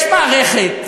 יש מערכת,